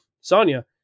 Sonya